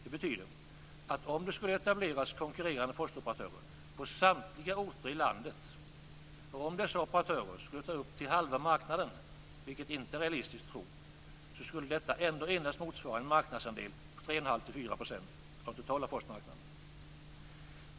Det betyder att om det skulle etableras konkurrerande postoperatörer på samtliga orter i landet, och om dessa operatörer skulle ta upp till halva marknaden, vilket inte är realistiskt att tro, skulle detta ändå bara motsvara en marknadsandel på 3 1⁄2-4 % av den totala postmarknaden.